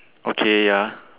okay ya